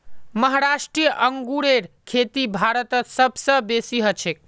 महाराष्ट्र अंगूरेर खेती भारतत सब स बेसी हछेक